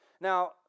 now